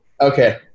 Okay